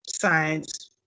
science